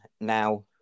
Now